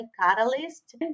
Catalyst